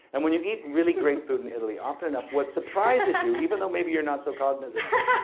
and when you eat really great food in italy, often enough what surprises you, even though maybe you're not so cognizant of it,